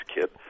kit